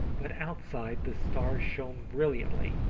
but outside the stars shone brilliantly,